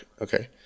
okay